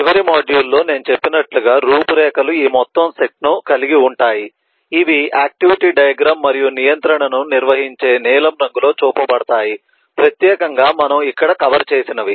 చివరి మాడ్యూల్లో నేను చెప్పినట్లుగా రూపురేఖలు ఈ మొత్తం సెట్ను కలిగి ఉంటాయి ఇవి ఆక్టివిటీ డయాగ్రమ్ మరియు నియంత్రణను నిర్వచించే నీలం రంగులో చూపబడతాయి ప్రత్యేకంగా మనము ఇక్కడ కవర్ చేసినవి